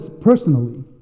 personally